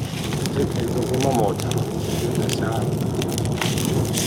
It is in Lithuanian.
kitaip nei dauguma moterų ji nesialina dietomis